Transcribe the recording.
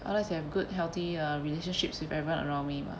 I'll like to have good healthy relationships with everyone around me mah